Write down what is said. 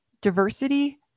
diversity